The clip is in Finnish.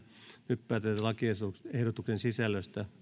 nyt päätetään lakiehdotuksen sisällöstä